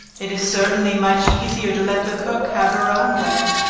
it is certainly much easier to let the cook have her own way,